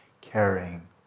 caring